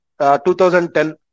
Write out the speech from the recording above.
2010